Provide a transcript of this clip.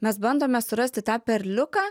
mes bandome surasti tą perliuką